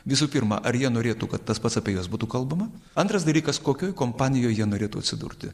visų pirma ar jie norėtų kad tas pats apie juos būtų kalbama antras dalykas kokioj kompanijoj jie norėtų atsidurti